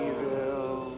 Evil